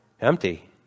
Empty